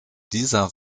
dieser